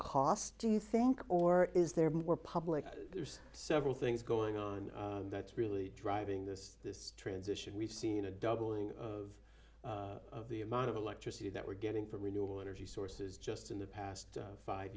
think or is there more public there's several things going on that's really driving this this transition we've seen a doubling of the amount of electricity that we're getting from renewable energy sources just in the past five